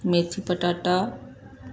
मेथी पटाटा